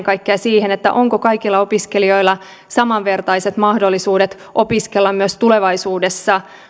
kaikkea siihen onko kaikilla opiskelijoilla samanvertaiset mahdollisuudet opiskella suomessa myös tulevaisuudessa